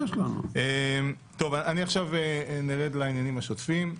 טוב, נרד לעניינים השוטפים.